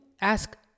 ask